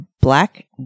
black